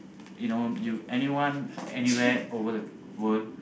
you know you anywhere over the world